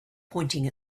pointing